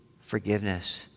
forgiveness